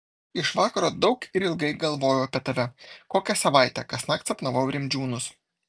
iš vakaro daug ir ilgai galvojau apie tave kokią savaitę kasnakt sapnavau rimdžiūnus